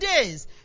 days